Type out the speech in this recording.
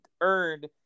earned